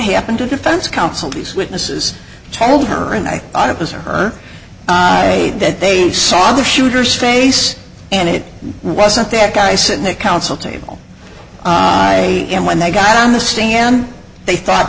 happened to defense counsel these witnesses told her and i thought it was her that they saw the shooter's face and it wasn't that guy sitting there counsel table and when they got on the stand they thought